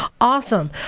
Awesome